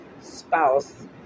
spouse